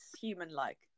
human-like